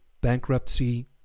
bankruptcy